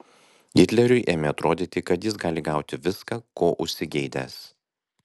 hitleriui ėmė atrodyti kad jis gali gauti viską ko užsigeidęs